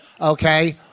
okay